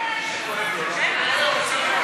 תודה רבה.